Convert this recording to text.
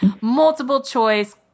multiple-choice